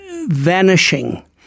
vanishing